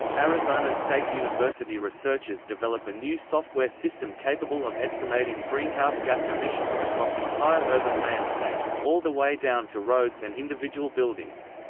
arizona state university researchers develop a new software system capable of estimating greenhouse gas emissions across entire urban landscapes, all the way down to roads and individual buildings.